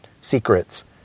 secrets